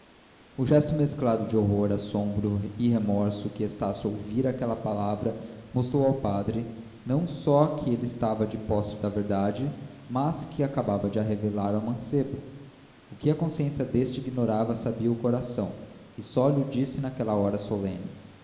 o gesto mesclado de horror assombro e remorso com que estácio ouvira aquela palavra mostrou ao padre não só que ele estava de posse da verdade mas também que acabava de a revelar ao mancebo o que a consciência deste ignorava sabia-o o coração e só lho disse naquela hora solene